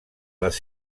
les